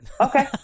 Okay